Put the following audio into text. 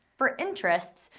for interests,